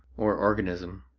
or organism.